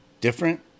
different